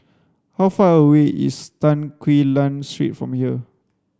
how far away is Tan Quee Lan Street from here